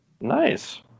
Nice